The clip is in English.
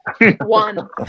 One